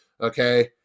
Okay